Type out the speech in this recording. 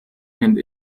and